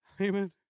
Amen